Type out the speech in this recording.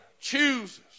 chooses